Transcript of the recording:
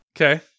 Okay